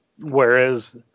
Whereas